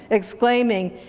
exclaiming,